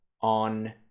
on